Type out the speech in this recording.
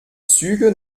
züge